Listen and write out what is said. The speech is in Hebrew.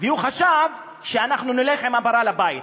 וחשב שאנחנו נלך עם הפרה הביתה.